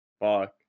Fuck